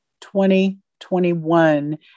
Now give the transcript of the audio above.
2021